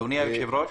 אדוני היושב-ראש.